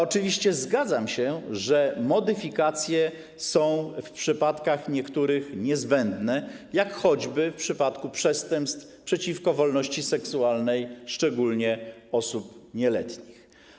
Oczywiście zgadzam się, że modyfikacje są w niektórych przypadkach niezbędne, jak choćby w przypadku przestępstw przeciwko wolności seksualnej, szczególnie osób nieletnich.